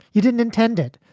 you didn't intend it,